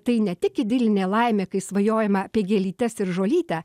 tai ne tik idilinė laimė kai svajojama apie gėlytes ir žolytę